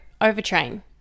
overtrain